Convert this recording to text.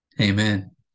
Amen